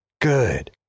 Good